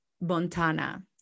montana